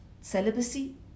celibacy